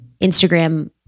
Instagram